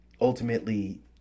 ultimately